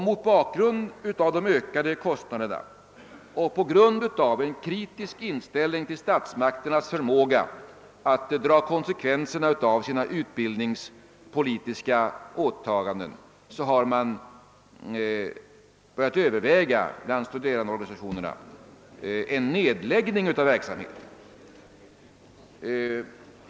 Mot bakgrund av de ökade kostnaderna och på grund av en kritisk inställning till statsmakternas förmåga att dra konsekvenserna av sina utbildningspolitiska åtaganden har man bland studerandeorganisationerna börjat överväga en nedläggning av verksamheten.